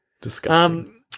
Disgusting